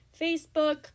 Facebook